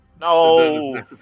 No